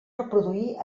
reproduir